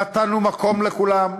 נתנו מקום לכולם.